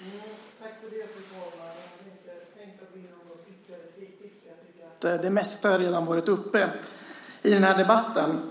Fru talman! Jag hade inte tänkt gå in i något ytterligare replikskifte, för det mesta har redan varit uppe i debatten.